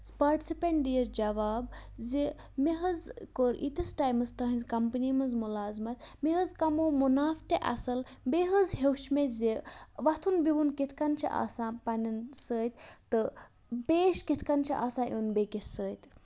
participant دِیس جواب زِ مےٚ حظ کوٚر یِیٖتِس ٹایمَس تُہنزِ کَمپٔنی منٛز مُلازمَتھ مےٚ حظ کَمو مُنافہٕ تہِ اَصٕل بیٚیہِ حظ ہٮ۪وٚچھ مےٚ زِ وۄتُھن بِہُن کِتھ کٔنۍ چھُ آسان پَنٕنٮ۪ن سۭتۍ تہٕ پیش کِتھ کٔنۍ چھُ آسان یُن بیٚکِس سۭتۍ